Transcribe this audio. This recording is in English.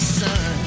sun